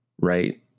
right